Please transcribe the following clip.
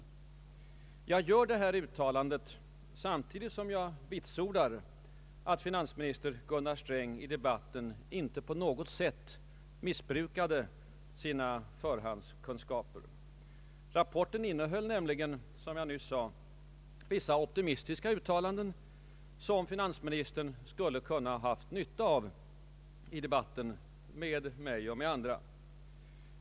Jag gör detta uttalande samtidigt som jag vitsordar att finansminister Gunnar Sträng i debatten inte på något sätt missbrukade sina förhandskunskaper. Rapporten innehåller nämligen, som jag nyss sade, vissa optimistiska uttalanden, som finansministern kunde ha haft nytta av i debatten med mig och andra.